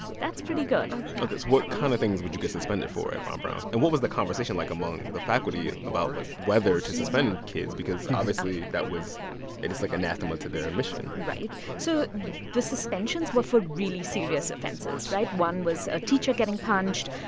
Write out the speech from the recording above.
that's pretty good ok. so what kind of things would you get suspended for at ron brown? and what was the conversation like among the faculty about like whether to suspend kids because, obviously, that was it's like anathema to their mission right. so the suspensions were for really serious offenses, right? one was a teacher getting punched.